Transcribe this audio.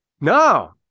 no